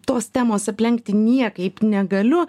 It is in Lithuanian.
tos temos aplenkti niekaip negaliu